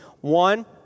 One